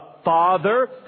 Father